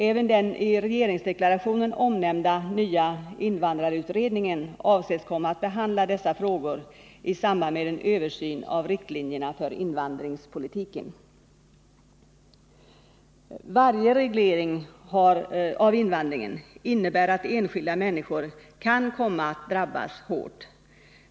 Även den i regeringsdeklarationen omnämnda nya invandrarutredningen avses komma att behandla dessa frågor i samband med en översyn av riktlinjerna för invandringspolitiken. Varje reglering av invandringen innebär att enskilda människor kan komma att drabbas hårt.